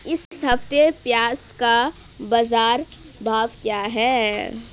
इस हफ्ते प्याज़ का बाज़ार भाव क्या है?